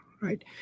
right